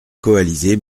coalisées